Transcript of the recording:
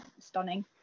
stunning